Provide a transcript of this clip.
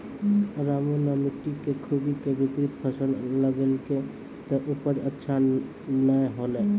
रामू नॅ मिट्टी के खूबी के विपरीत फसल लगैलकै त उपज अच्छा नाय होलै